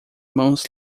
mãos